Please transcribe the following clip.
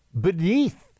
beneath